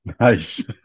Nice